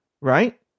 Right